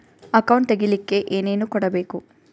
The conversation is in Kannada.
ಅಕೌಂಟ್ ತೆಗಿಲಿಕ್ಕೆ ಏನೇನು ಕೊಡಬೇಕು?